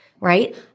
right